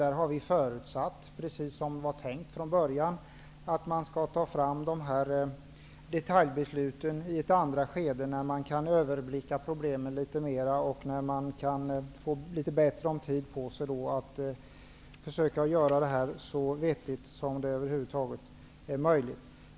Vi har förutsatt, precis som det var tänkt från början, att de här detaljbesluten skall tas fram i ett andra skede, när man kan överblicka problemen litet bättre och när man har mera tid på sig att försöka göra det så vettigt som möjligt.